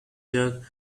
jerk